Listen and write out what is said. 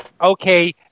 Okay